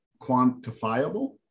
quantifiable